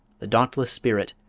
the dauntless spirit,